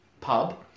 pub